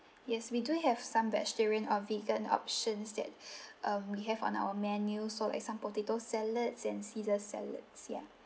yes we do have some vegetarian or vegan options that um we have on our menu so like some potato salads and caesar salads ya